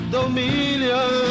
Dominion